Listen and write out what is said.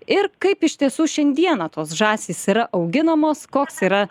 ir kaip iš tiesų šiandieną tos žąsys yra auginamos koks yra